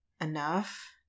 enough